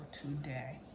today